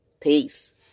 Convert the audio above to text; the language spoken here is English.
Peace